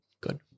Good